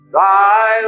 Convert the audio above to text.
thy